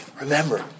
remember